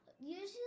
Usually